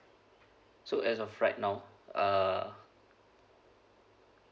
so as of right now uh